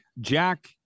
Jack